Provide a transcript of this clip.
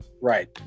Right